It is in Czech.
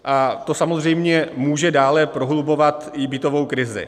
A to samozřejmě může dále prohlubovat i bytovou krizi.